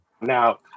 Now